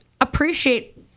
appreciate